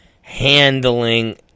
handling